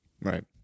Right